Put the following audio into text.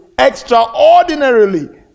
extraordinarily